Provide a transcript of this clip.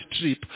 trip